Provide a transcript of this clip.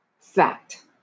fact